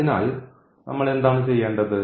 അതിനാൽ നമ്മൾ എന്താണ് ചെയ്യേണ്ടത്